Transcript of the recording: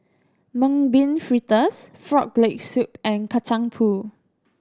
Mung Bean Fritters Frog Leg Soup and Kacang Pool